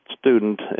student